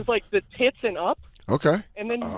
like the tits and up. okay. and then,